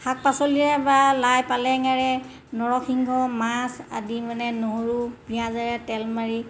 শাক পাচলিৰে বা লাই পালেঙেৰে নৰসিংহ মাছ আদি মানে নহৰু পিঁয়াজেৰে তেল মাৰি